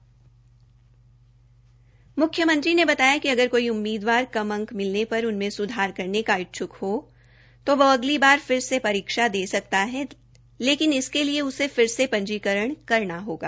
म्ख्यमंत्री ने बताया कि अगर कोई उम्मीदवार कम अंक मिलने पर उनमें सुधार करने का इच्छुक हो तो वो अगली वार फिर से परीक्षा दे सकता है लेकिन इसके लिए उसे फिर से पंजीकरण करना होगा